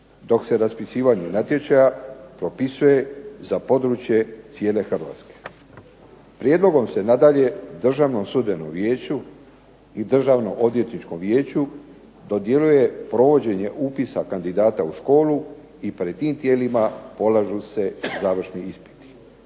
dok se raspisivanje natječaja propisuje za područje cijele Hrvatske. Prijedlogom se nadalje Državnom sudbenom vijeću i Državnoodvjetničkom vijeću dodjeljuje provođenje upisa kandidata u školu, i pred tim tijelima polažu se završni ispiti.